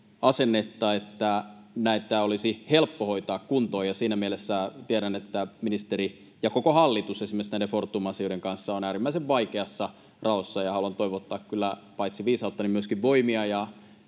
asennetta, että näitä olisi helppo hoitaa kuntoon, ja siinä mielessä tiedän, että ministeri ja koko hallitus esimerkiksi näiden Fortum-asioiden kanssa on äärimmäisen vaikeassa raossa, ja haluan toivottaa kyllä paitsi viisautta niin myöskin voimia ja